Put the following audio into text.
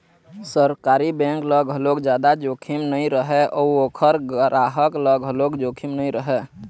सरकारी बेंक ल घलोक जादा जोखिम नइ रहय अउ ओखर गराहक ल घलोक जोखिम नइ रहय